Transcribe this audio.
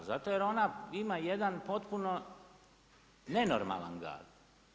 Zato jer ona ima jedan potpuno nenormalan gard.